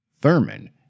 Thurman